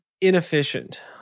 inefficient